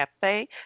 Cafe